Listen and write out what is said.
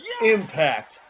Impact